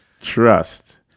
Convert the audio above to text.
Trust